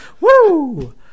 Woo